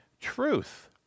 truth